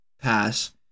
pass